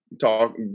talk